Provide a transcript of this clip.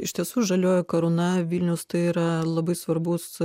iš tiesų žalioji karūna vilnius tai yra labai svarbus